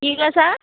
কি কয় ছাৰ